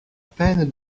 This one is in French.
peine